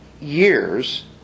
years